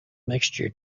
mixture